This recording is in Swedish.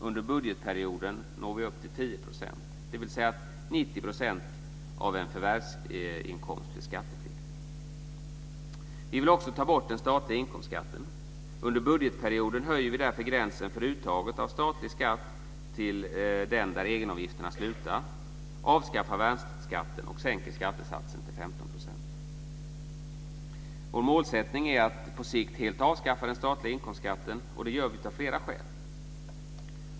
Under budgetperioden når vi upp till 10 %, dvs. att 90 %· Vi vill också ta bort den statliga inkomstskatten. Under budgetperioden höjer vi därför gränsen för uttaget av statlig skatt till den där egenavgifterna slutar, avskaffar värnskatten och sänker skattesatsen till 15 %. Vår målsättning är att på sikt helt avskaffa den statliga inkomstskatten. Det gör vi av flera skäl.